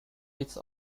its